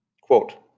Quote